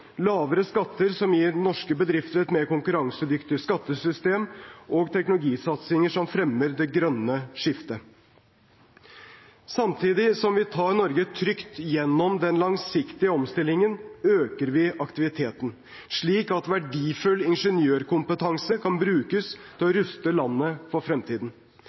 lavere skatter som gir norske bedrifter et mer konkurransedyktig skattesystem, og teknologisatsinger som fremmer det grønne skiftet. Samtidig som vi tar Norge trygt gjennom den langsiktige omstillingen, øker vi aktiviteten, slik at verdifull ingeniørkompetanse kan brukes til å ruste landet for fremtiden.